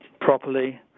properly